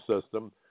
system